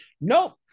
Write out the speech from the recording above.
nope